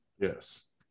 Yes